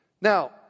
Now